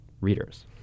readers